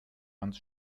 ans